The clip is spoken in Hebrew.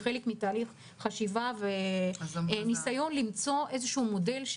כחלק מתהליך חשיבה וניסיון למצוא איזשהו מודל,